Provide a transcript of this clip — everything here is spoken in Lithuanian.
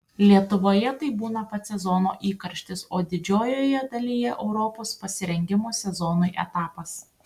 lietuvoje tai būna pats sezono įkarštis o didžiojoje dalyje europos pasirengimo sezonui etapas